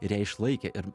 ir ją išlaikė ir